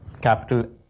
capital